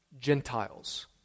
Gentiles